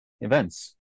events